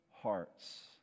hearts